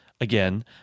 again